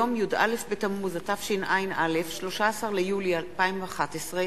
התשע”א 2011,